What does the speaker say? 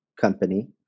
company